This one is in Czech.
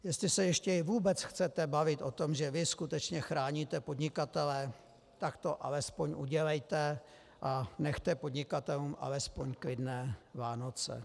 Jestli se ještě vůbec chcete bavit o tom, že vy skutečně chráníte podnikatele, tak to alespoň udělejte a nechte podnikatelům alespoň klidné Vánoce.